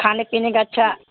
کھانے پینے کا اچھا